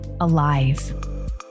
alive